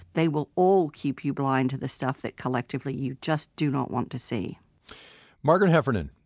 they will all keep you blind to the stuff that collectively you just do not want to see margaret heffernan,